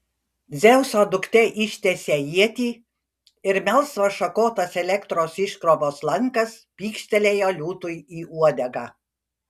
dzeuso duktė ištiesė ietį ir melsvas šakotas elektros iškrovos lankas pykštelėjo liūtui į uodegą